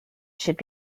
should